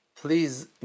please